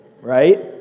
right